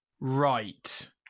Right